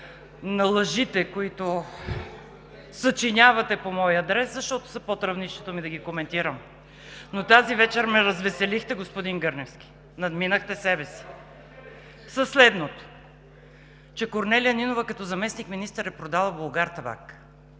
на лъжите, които съчинявате по мой адрес, защото са под равнището ми да ги коментирам. Но тази вечер ме развеселихте, господин Гърневски, надминахте себе си със следното, че Корнелия Нинова като заместник-министър е продала „Булгартабак“.